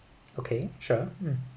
okay sure um